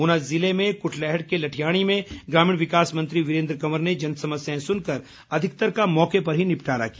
ऊना ज़िले में कुटलैहड़ के लठियाणी में ग्रामीण विकास मंत्री वीरेन्द्र कवंर ने जन समस्याएं सुनकर अधिकतर का मौके पर ही निपटारा किया